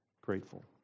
grateful